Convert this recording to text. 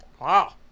Wow